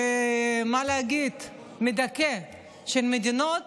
ומה להגיד, מדכא, של מדינות